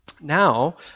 Now